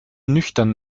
nüchtern